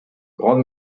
grandes